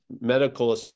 medical